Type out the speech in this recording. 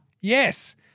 Yes